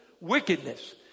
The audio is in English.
Wickedness